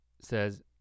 says